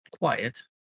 quiet